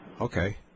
okay